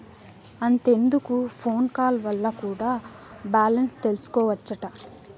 అంతెందుకు phone call వల్ల కూడా బాలెన్స్ తెల్సికోవచ్చట